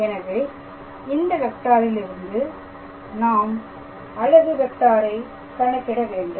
எனவே இந்த வெக்டாரிலிருந்து நாம் அலகு வெக்டாரை கணக்கிட வேண்டும்